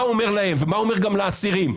ומה הוא אומר לאסירים.